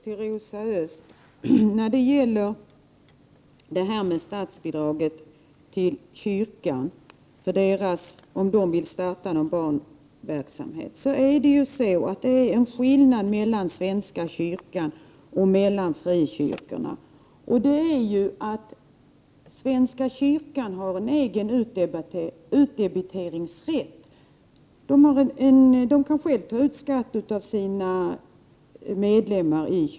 Herr talman! Först till Rosa Östh om statsbidraget till kyrkan om den vill starta barnverksamhet. Nu är det ju så att det finns en skillnad mellan svenska kyrkan och frikyrkorna och andra samfund: svenska kyrkan har en egen utdebiteringsrätt och kan själv ta ut skatt av sina medlemmar.